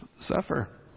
suffer